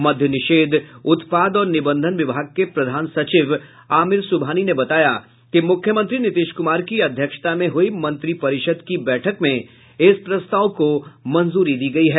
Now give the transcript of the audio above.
मद्य निषेध उत्पाद और निबंधन विभाग के प्रधान सचिव आमिर सुब्हानी ने बताया कि मुख्यमंत्री नीतीश कुमार की अध्यक्षता में हयी मंत्रि परिषद की बैठक में इस प्रस्ताव को मंजूरी दी गयी है